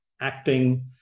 acting